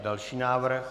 Další návrh.